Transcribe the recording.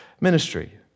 ministry